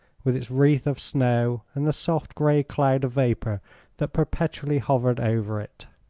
with its wreath of snow and the soft gray cloud of vapor that perpetually hovered over it.